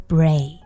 Bray